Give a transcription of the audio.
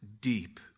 deep